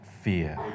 fear